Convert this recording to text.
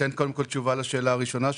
אתן קודם כל תשובה לשאלה הראשונה שלך.